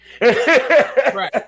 Right